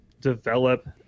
develop